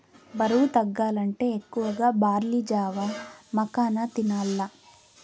బరువు తగ్గాలంటే ఎక్కువగా బార్లీ జావ, మకాన తినాల్ల